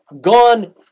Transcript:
gone